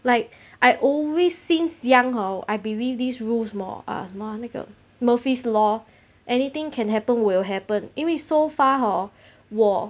like I always since young how I believe these rules more ah mah 那个 murphy's law anything can happen will happen 因为 so far hor 我